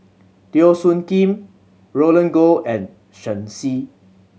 Teo Soon Kim Roland Goh and Shen Xi